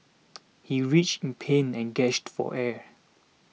he writhed in pain and gasped for air